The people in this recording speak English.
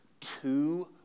two